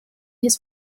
his